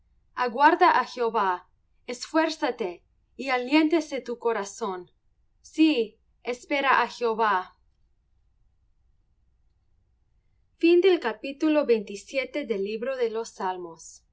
aguarda á jehová esfuérzate y aliéntese tu corazón sí espera á jehová